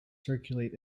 circulate